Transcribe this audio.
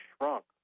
shrunk